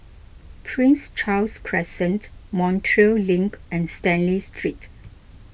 Prince Charles Crescent Montreal Link and Stanley Street